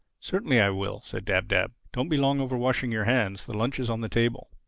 certainly i will, said dab-dab. don't be long over washing your hands the lunch is on the table.